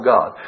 God